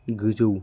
गोजौ